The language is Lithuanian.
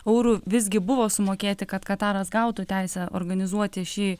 eurų visgi buvo sumokėti kad kataras gautų teisę organizuoti šį